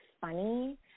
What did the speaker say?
funny